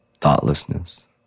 Thoughtlessness